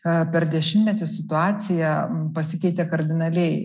a per dešimtmetį situacija pasikeitė kardinaliai